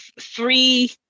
three